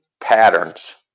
patterns